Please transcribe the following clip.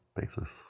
basis